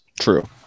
True